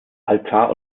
altar